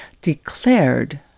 declared